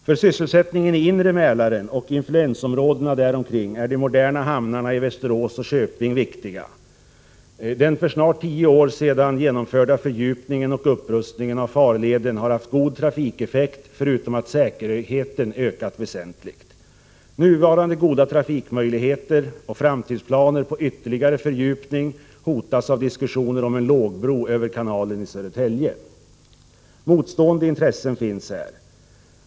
För sysselsättningen i inre Mälaren och influensområden där omkring är de moderna hamnarna i Västerås och Köping viktiga. Den för snart tio år sedan genomförda fördjupningen och upprustningen av farleden har haft god trafikeffekt förutom att säkerheten har ökat väsentligt. Nuvarande goda trafikmöjligheter och framtidsplaner på ytterligare fördjupning hotas av diskussioner om en lågbro över kanalen i Södertälje. Motstående intressen finns här.